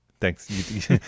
Thanks